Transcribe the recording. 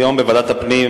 היום התארחו בוועדת הפנים,